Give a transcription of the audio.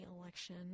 election